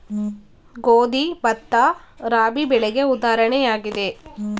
ಗೋಧಿ, ಭತ್ತ, ರಾಬಿ ಬೆಳೆಗೆ ಉದಾಹರಣೆಯಾಗಿದೆ